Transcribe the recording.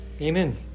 Amen